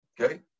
Okay